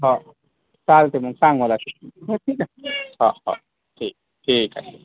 हो चालतं आहे मग सांग मला हो ठीक आहे हो हो ठीक ठीक आहे